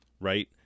Right